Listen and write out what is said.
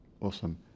Awesome